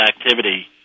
activity